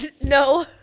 No